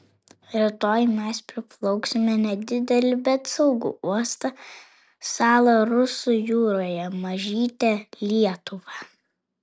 rytoj mes priplauksime nedidelį bet saugų uostą salą rusų jūroje mažytę lietuvą